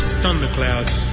thunderclouds